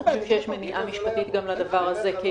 אנחנו חושבים שיש מניעה משפטית גם לדבר הזה.